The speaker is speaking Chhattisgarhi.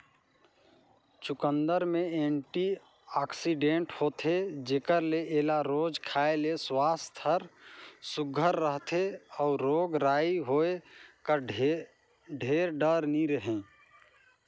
चुकंदर में एंटीआक्सीडेंट होथे जेकर ले एला रोज खाए ले सुवास्थ हर सुग्घर रहथे अउ रोग राई होए कर ढेर डर नी रहें